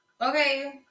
Okay